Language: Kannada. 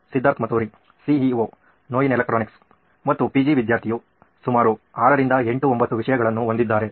ಸಿದ್ಧಾರ್ಥ್ ಮತುರಿ ಸಿಇಒ ನೋಯಿನ್ ಎಲೆಕ್ಟ್ರಾನಿಕ್ಸ್ ಮತ್ತು PG ವಿದ್ಯಾರ್ಥಿಯು ಸುಮಾರು 6 ರಿಂದ 8 9 ವಿಷಯಗಳನ್ನು ಹೊಂದಿದ್ದಾರೆ